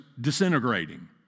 disintegrating